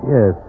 Yes